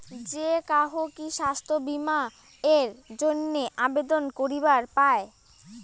যে কাহো কি স্বাস্থ্য বীমা এর জইন্যে আবেদন করিবার পায়?